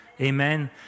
Amen